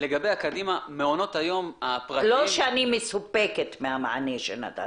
לא שאני מסופקת מהמענה שנתת.